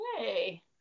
Yay